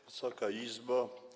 Wysoka Izbo!